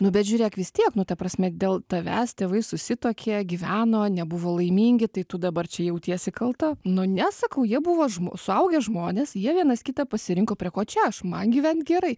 nu bet žiūrėk vis tiek nu ta prasme dėl tavęs tėvai susituokė gyveno nebuvo laimingi tai tu dabar čia jautiesi kalta nu ne sakau jie buvo suaugę žmonės jie vienas kitą pasirinko prie ko čia aš man gyvent gerai